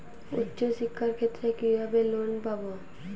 উচ্চশিক্ষার ক্ষেত্রে কিভাবে লোন পাব?